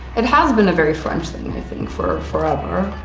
it has been a very french thing i think for forever.